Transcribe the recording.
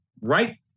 right